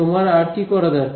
তোমার আর কী করা দরকার